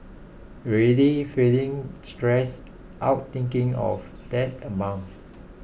already feeling stressed out thinking of that amount